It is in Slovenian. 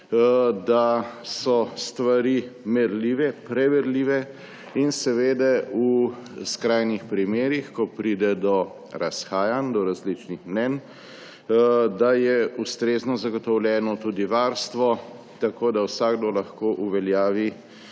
da so stvari merljive, preverljive in da je v skrajnih primerih, ko pride do razhajanj, do različnih mnenj, ustrezno zagotovljeno tudi varstvo, tako da vsak državljan,